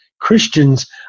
Christians